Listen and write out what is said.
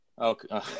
Okay